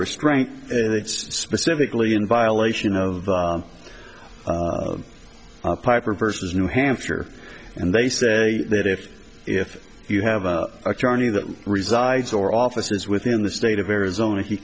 restraint it's specifically in violation of the piper versus new hampshire and they say that if if you have an attorney that resides or offices within the state of arizona he